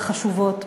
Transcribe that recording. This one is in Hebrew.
החשובות,